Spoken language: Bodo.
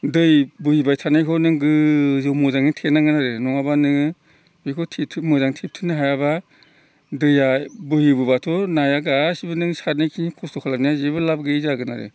दै बोहैबाय थानायखौ नों गोजौ मोजाङै थेनांगोन आरो नङाब्ला नोङो बेखौ थेथुम मोजां थेथुमनो हायाब्ला दैया बोहैबोब्लाथ' नाया गासैबो नों सारनायखिनि खस्थ' खालायनाया जेबो लाब गैया जागोन आरो